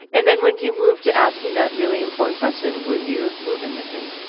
and then, when do you move to asking that really important question will you move in with me?